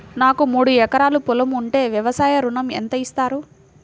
నాకు మూడు ఎకరాలు పొలం ఉంటే వ్యవసాయ ఋణం ఎంత ఇస్తారు?